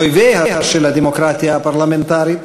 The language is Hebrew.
אויביה של הדמוקרטיה הפרלמנטרית,